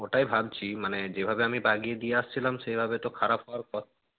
ওটাই ভাবছি মানে যেভাবে আমি বাগিয়ে দিয়ে এসেছিলাম সেইভাবে তো খারাপ হওয়ার